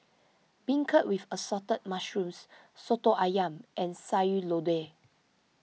Beancurd with Assorted Mushrooms Soto Ayam and Sayur Lodeh